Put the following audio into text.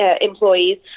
employees